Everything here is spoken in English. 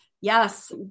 Yes